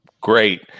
Great